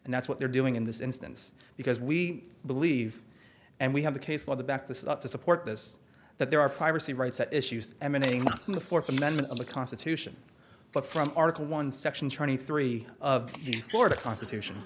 and that's what they're doing in this instance because we believe and we have the case law the back this up to support this that there are privacy rights issues emanating from the fourth amendment of the constitution but from article one section twenty three of the florida constitution